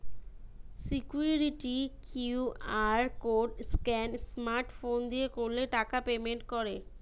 security QR code scan smart phone দিয়ে করলে টাকা পেমেন্ট করে